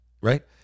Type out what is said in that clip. right